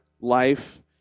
life